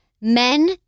men